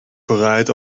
vooruit